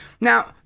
Now